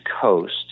Coast